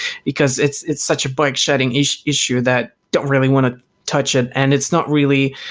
because it's it's such a but shedding each issue that don't really want to touch it, and it's not really